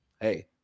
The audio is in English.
hey